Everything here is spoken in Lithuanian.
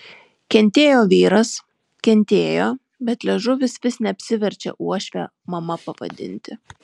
kentėjo vyras kentėjo bet liežuvis vis neapsiverčia uošvę mama pavadinti